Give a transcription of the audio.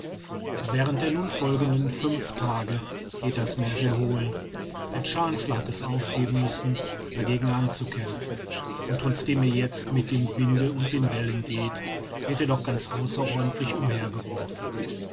während der nun folgenden fünf tage geht das meer sehr hohl der chancellor hat es aufgeben müssen dagegen anzukämpfen und trotzdem er jetzt mit dem winde und den wellen geht wird er doch ganz außerordentlich